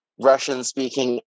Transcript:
Russian-speaking